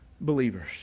believers